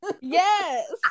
Yes